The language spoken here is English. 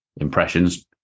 impressions